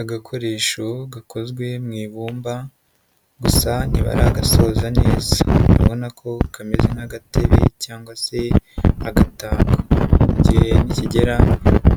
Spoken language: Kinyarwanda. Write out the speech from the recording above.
Agakoresho gakozwe mu ibumba gusa ntibaragasoza neza. Urabona ko kameze nk'agatebe cyangwa se agatako. Igihe nikigera